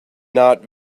not